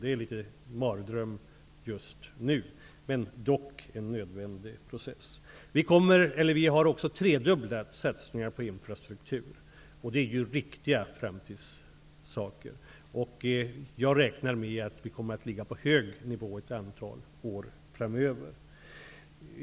Det är något av en mardröm just nu, dock en nödvändig process. Vi har tredubblat satsningarna på infrastrukturen. Det är riktiga framtidssatsningar. Jag räknar med att vi kommer att ligga på hög nivå ett antal år framöver.